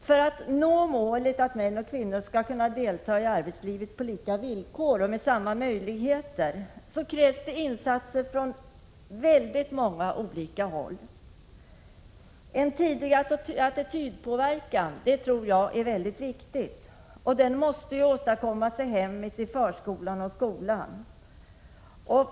För att nå målet att män och kvinnor skall kunna delta i arbetslivet på lika villkor och med samma möjligheter krävs det insatser från många olika håll. En tidig attitydpåverkan är mycket viktig, och den måste åstadkommas i hemmet, i förskolan och i skolan.